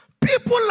People